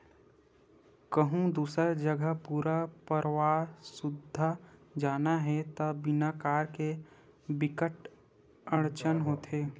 कहूँ दूसर जघा पूरा परवार सुद्धा जाना हे त बिना कार के बिकट अड़चन होथे